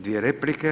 Dvije replike.